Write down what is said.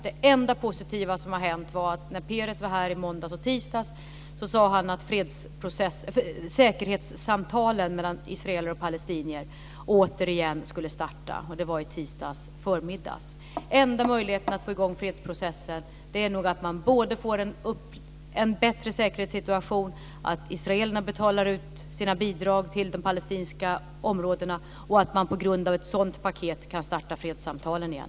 Det enda positiva som har hänt är att när Peres var här i måndags och tisdags sade han att säkerhetssamtalen mellan israeler och palestinier återigen skulle starta. Det var i tisdagsförmiddags. Den enda möjligheten att få i gång fredsprocessen är nog att man får en bättre säkerhetssituation, att israelerna betalar ut sina bidrag till de palestinska områdena och att man på grund av ett sådant paket kan starta fredssamtalen igen.